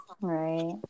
Right